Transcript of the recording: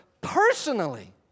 personally